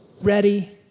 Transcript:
ready